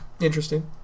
Interesting